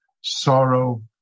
sorrow